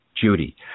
Judy